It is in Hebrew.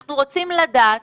אנחנו רוצים לדעת